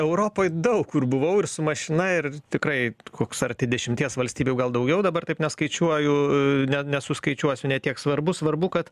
europoj daug kur buvau ir su mašina ir tikrai koks arti dešimties valstybių gal daugiau dabar taip neskaičiuoju ne nesuskaičiuosiu ne tiek svarbu svarbu kad